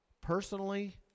personally